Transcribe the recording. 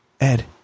Ed